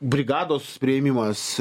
brigados priėmimas